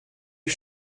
you